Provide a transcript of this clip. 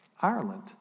Ireland